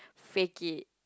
fake it